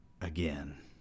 Again